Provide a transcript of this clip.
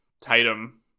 Tatum